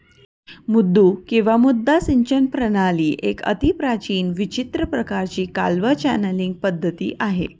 मुद्दू किंवा मद्दा सिंचन प्रणाली एक अतिप्राचीन विचित्र प्रकाराची कालवा चॅनलींग पद्धती आहे